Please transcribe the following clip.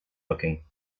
looking